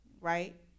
right